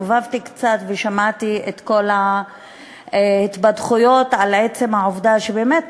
הסתובבתי קצת ושמעתי את כל ההתבדחויות על עצם העובדה שבאמת,